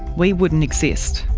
we wouldn't exist,